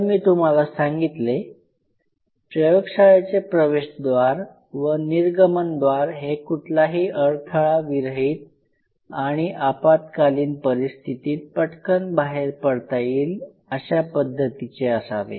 तर मी तुम्हाला सांगितले प्रयोगशाळेचे प्रवेशद्वार व निर्गमनद्वार हे कुठलाही अडथळा विरहित आणि आपत्कालीन परिस्थितीत पटकन बाहेर पडता येईल अशा पद्धतीचे असावे